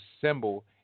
symbol